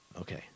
Okay